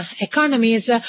economies